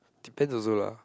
depends also lah